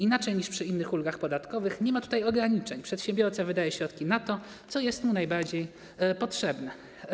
Inaczej niż przy innych ulgach podatkowych nie ma tutaj ograniczeń - przedsiębiorca wydaje środki na to, co jest mu najbardziej potrzebne.